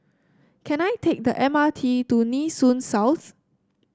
can I take the M R T to Nee Soon South